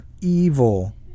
evil